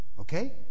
Okay